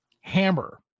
hammer